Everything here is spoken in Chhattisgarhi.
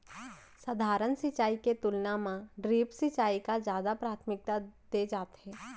सधारन सिंचाई के तुलना मा ड्रिप सिंचाई का जादा प्राथमिकता दे जाथे